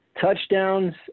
Touchdowns